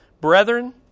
Brethren